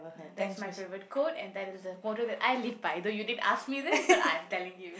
ya that's my favorite quote and that is the motto I live by though you didn't ask me this but I'm telling you